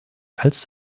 als